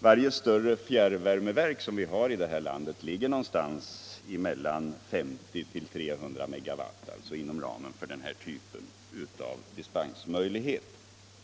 Varje större fjärrvärmeverk som vi har i landet ligger mellan 50 och 300 megawatt, alltså inom ramen för denna typ av dispensmöjlighet.